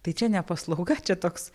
tai čia ne paslauga čia toks